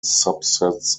subsets